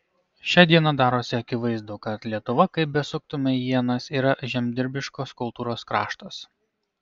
šią dieną darosi akivaizdu kad lietuva kaip besuktumei ienas yra žemdirbiškos kultūros kraštas